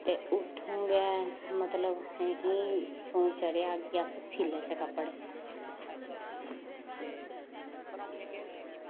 ते उत्थूं गै अ'सें मतलब शौंक चढ़ेआ कि अस सीऽ लैच्चै कपड़े